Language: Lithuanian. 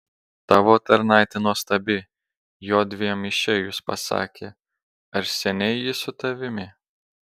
tavo tarnaitė nuostabi jodviem išėjus pasakė ar seniai ji su tavimi